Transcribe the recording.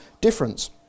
difference